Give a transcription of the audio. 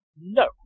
No